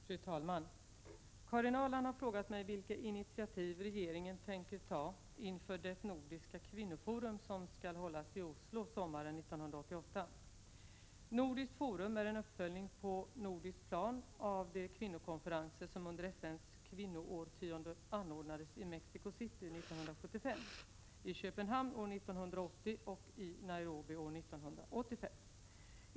Fru talman! Karin Ahrland har frågat mig vilka initiativ regeringen tänker ta inför det nordiska kvinnoforum som skall hållas i Oslo sommaren 1988. Nordiskt Forum är en uppföljning på nordiskt plan av de kvinnokonferenser som under FN:s kvinnoårtionde anordnades i Mexico City år 1975, i Köpenhamn år 1980 och i Nairobi år 1985.